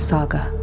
Saga